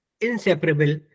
inseparable